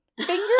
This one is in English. finger